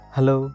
Hello